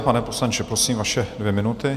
Pane poslanče, prosím, vaše dvě minuty.